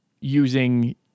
using